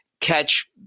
catch